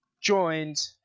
joined